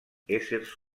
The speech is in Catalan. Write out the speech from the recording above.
éssers